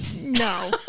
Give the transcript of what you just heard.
No